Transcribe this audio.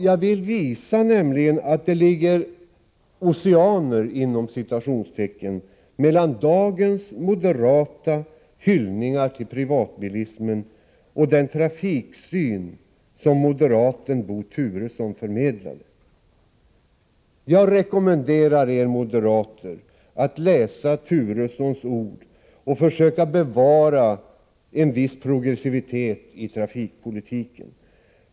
Jag vill nämligen visa att det ligger ”oceaner” mellan dagens moderata hyllningar till privatbilismen och den trafiksyn som moderaten Bo Turesson förmedlade. Jag rekommenderar er moderater att läsa Turessons ord och försöka bevara en viss progressivitet i trafikpolitiken.